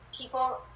people